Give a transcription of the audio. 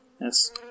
Yes